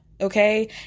okay